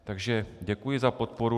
Takže děkuji za podporu.